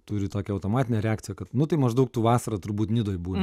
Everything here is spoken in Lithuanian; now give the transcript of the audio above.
turi tokią automatinę reakciją kad nu tai maždaug tu vasarą turbūt nidoj buvai